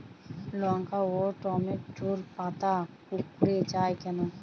লঙ্কা ও টমেটোর পাতা কুঁকড়ে য়ায় কেন?